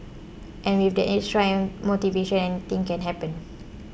and with that extra motivation anything can happen